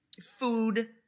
food